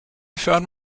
found